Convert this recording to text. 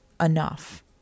Enough